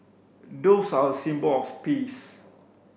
doves are a symbol of peace